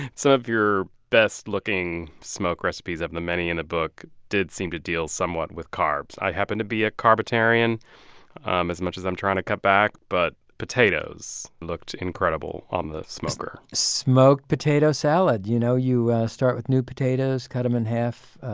so of your best-looking smoke recipes of the many in the book did seem to deal somewhat with carbs. i happen to be a carbitarian um as much as i'm trying to cut back, but potatoes looked incredible on the smoker smoked potato salad. you know you start with new potatoes, cut them in half,